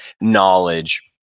knowledge